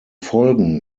folgen